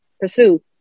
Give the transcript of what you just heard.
pursue